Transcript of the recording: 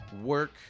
work